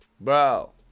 Bro